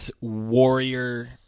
warrior